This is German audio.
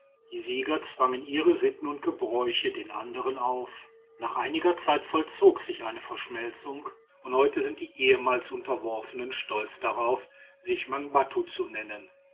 die sieger zwangen ihre sitten und gebräuche den andern auf nach einiger zeit vollzog sich eine verschmelzung und heute sind die ehemals unterworfenen stolz darauf sich mangbattu zu nennen